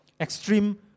Extreme